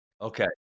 Okay